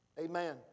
Amen